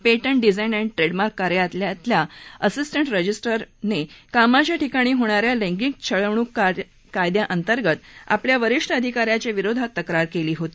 patent design आणि trademark कार्यालयातल्या assistant रजिस्टरनं कामाच्या ठिकाणी होणा या लैंगिक छळ कायद्याअंतर्गत आपल्या वरिष्ठ अधिका याच्या विरोधात तक्रार केली होती